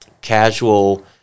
casual